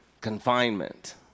confinement